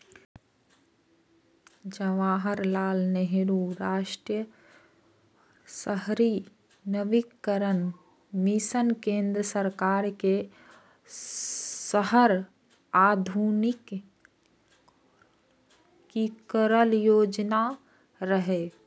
जवाहरलाल नेहरू राष्ट्रीय शहरी नवीकरण मिशन केंद्र सरकार के शहर आधुनिकीकरण योजना रहै